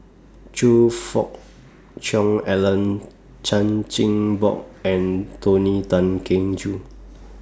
Choe Fook Cheong Alan Chan Chin Bock and Tony Tan Keng Joo